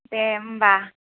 दे होमब्ला